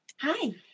Hi